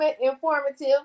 informative